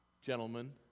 gentlemen